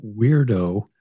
weirdo